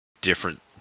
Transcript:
different